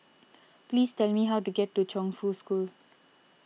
please tell me how to get to Chongfu School